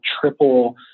triple